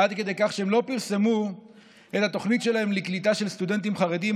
עד כדי כך שהם לא פרסמו את התוכנית שלהם לקליטה של סטודנטים חרדים,